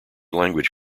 language